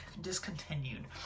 discontinued